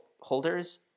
holders